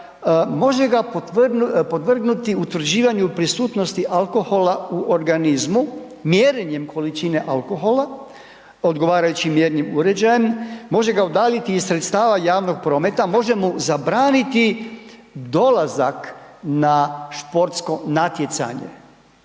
može ga podvrgnuti utvrđivanju prisutnosti alkohola u organizmu mjerenjem količine alkohola odgovarajućim mjernim uređajem, može ga udaljiti iz sredstava javnog prometa, može mu zabraniti dolazak na športsko natjecanje,